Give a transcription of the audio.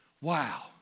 wow